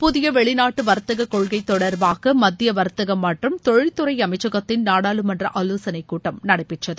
புதிய வெளிநாட்டு வர்த்தக கொள்கை தொடர்பாக மத்திய வர்த்தகம் மற்றும் தொழில்துறை அமைச்சகத்தின் நாடாளுமன்ற ஆலோசனைக் கூட்டம் நடைபெற்றது